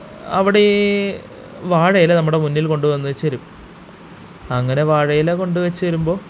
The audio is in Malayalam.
അവിടെ വാഴയില നമ്മുടെ മുന്നില്ക്കൊണ്ടുവന്ന് വച്ചുതരും അങ്ങനെ വാഴയില കൊണ്ടുവച്ചുതരുമ്പോള്